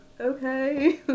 okay